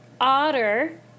otter